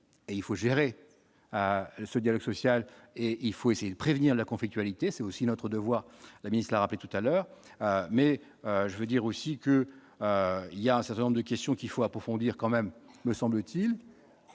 il faut gérer à ce dialogue social et il faut essayer de prévenir la conflictualité, c'est aussi notre devoir, la ministre a rappelé tout à l'heure, mais je veux dire aussi que, il y a un certain nombre de questions qu'il faut approfondir quand même me semble-t-il,